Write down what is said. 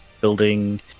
building